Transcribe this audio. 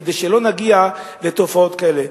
כדי שלא נגיע לתופעות כאלה.